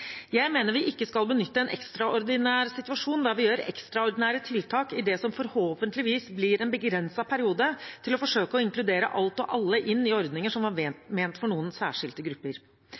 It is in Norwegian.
Jeg mener vi ikke skal benytte en ekstraordinær situasjon der vi gjør ekstraordinære tiltak i det som forhåpentligvis blir en begrenset periode, til å forsøke å inkludere alt og alle inn i ordninger som var ment for noen særskilte grupper.